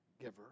giver